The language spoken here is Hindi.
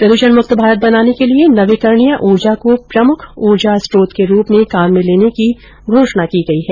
प्रद्यण मुक्त भारत बनाने के लिये नवीकरणीय ऊर्जा को प्रमुख ऊर्जा स्त्रोत के रूप में काम में लेने की घोषणा की गई है